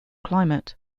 climate